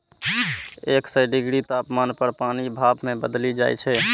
एक सय डिग्री तापमान पर पानि भाप मे बदलि जाइ छै